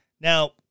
Now